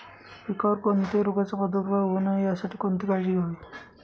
पिकावर कोणत्याही रोगाचा प्रादुर्भाव होऊ नये यासाठी कोणती काळजी घ्यावी?